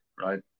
right